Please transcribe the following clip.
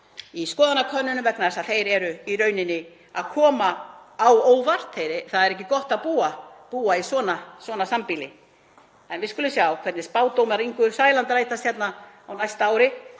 í skoðanakönnunum vegna þess að þeir eru í rauninni að koma á óvart. Það er ekki gott að búa í svona sambýli en við skulum sjá hvernig spádómar Ingu Sæland rætast hérna á næsta ári